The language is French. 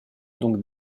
donc